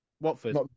Watford